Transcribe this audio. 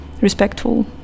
respectful